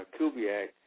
Kubiak